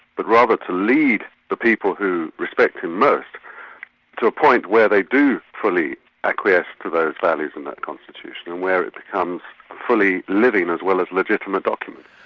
but rather to lead the people who respect him most to a point where they do fully acquiesce to those values in that constitution, and where it becomes a fully living as well as legitimate document.